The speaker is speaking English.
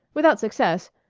without success,